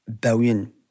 billion